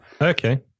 Okay